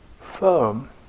firm